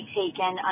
taken